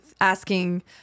asking